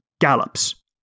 gallops